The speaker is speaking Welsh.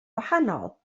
gwahanol